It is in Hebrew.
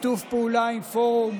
שיתוף פעולה עם פורום